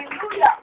Hallelujah